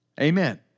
Amen